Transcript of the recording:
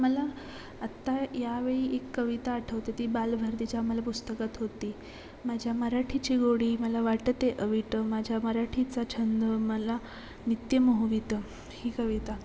मला आत्ता यावेळी एक कविता आठवते ती बालभारतीच्या मला पुस्तकात होती माझ्या मराठीची गोडी मला वाटते अवीट माझ्या मराठीचा छंद मला नित्य मोहवित ही कविता